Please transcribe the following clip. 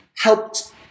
helped –